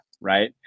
right